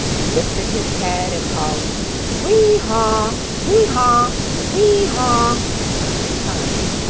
he lifted his head and called whee-haw! whee-haw! whee-haw! three times,